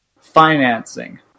financing